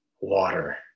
water